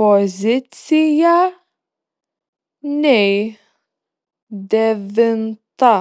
poziciją nei devinta